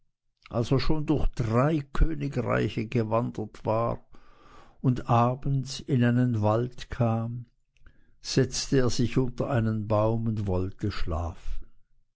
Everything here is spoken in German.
er schon durch drei königreiche gewandert war und abends in einen wald kam setzte er sich unter einen baum und wollte schlafen